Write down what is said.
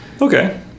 Okay